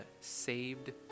saved